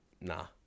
nah